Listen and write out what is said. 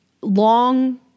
long